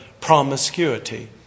promiscuity